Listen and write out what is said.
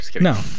No